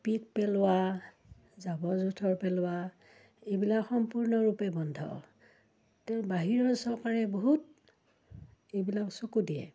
পিক পেলোৱা জাবৰ জোথৰ পেলোৱা এইবিলাক সম্পূৰ্ণৰূপে বন্ধ তেওঁ বাহিৰৰ চৰকাৰে বহুত এইবিলাক চকু দিয়ে